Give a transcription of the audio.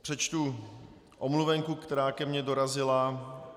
Přečtu omluvenku, která ke mně dorazila.